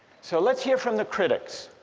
so let's hear from the critics